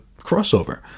crossover